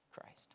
Christ